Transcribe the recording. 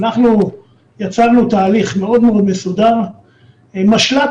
אנחנו יצרנו תהליך מאוד מאוד מסודר עם משל"ט